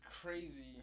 crazy